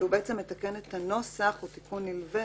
הוא תיקון נלווה